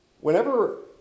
Whenever